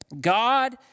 God